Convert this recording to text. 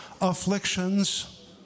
afflictions